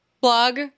blog